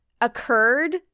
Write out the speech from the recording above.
occurred